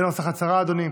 זה נוסח ההצהרה, אדוני: